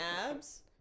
abs